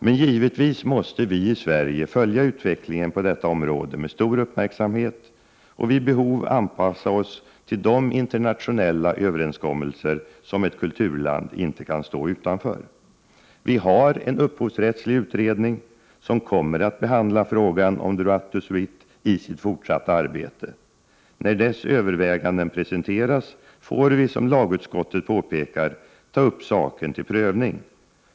Men givetvis måste vi i Sverige följa utvecklingen på detta område med stor uppmärksamhet och vid behov anpassa oss till de internationella överenskommelser som ett kulturland inte kan stå utanför. Vi har en upphovsrättslig utredning som kommer att behandla frågan om droit de suite i sitt fortsatta arbete. När dess överväganden presenteras får vi, som lagutskottet påpekar, ta upp saken till prövning.